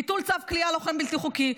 ביטול צו כליאה, לוחם בלתי חוקי.